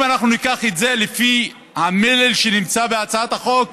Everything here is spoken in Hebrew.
אם אנחנו ניקח את זה לפי המלל שנמצא בהצעת החוק,